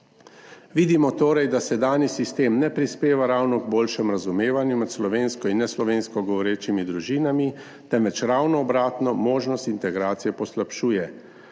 Vidimo torej, da sedanji sistem ne prispeva ravno k boljšemu razumevanju med slovensko in neslovensko govorečimi družinami, temveč ravno obratno, možnost integracije poslabšuje.